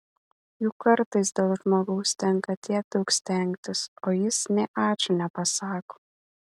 juk kartais dėl žmogaus tenka tiek daug stengtis o jis nė ačiū nepasako